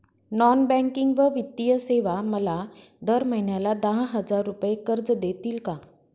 Non banking व वित्तीय सेवा मला दर महिन्याला दहा हजार रुपये कर्ज देतील का?